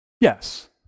Yes